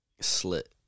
Slit